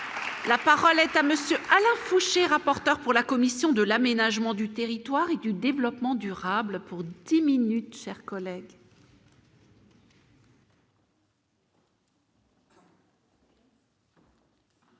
La parole est à monsieur Alain Fouché. Porteur pour la commission de l'aménagement du territoire et du développement durable pour 10 minutes chers collègues.